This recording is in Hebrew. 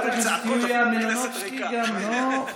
עיסאווי, יש דמוקרציה, לא דמוקרטיה.